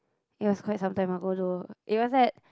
it was quite some time ago though it was at